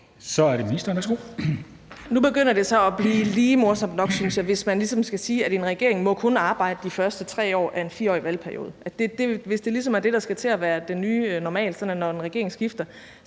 (Astrid Krag): Nu begynder det at blive lige morsomt nok, synes jeg, hvis man ligesom skal sige, at en regering kun må arbejde de første 3 år af en 4-årig valgperiode. Hvis det ligesom er det, der skal til at være den nye normal – altså at når en regering skifter,